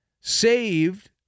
saved